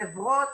חברות